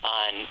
on